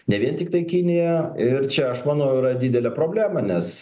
ne vien tiktai kinija ir čia aš manau yra didelė problema nes